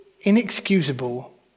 inexcusable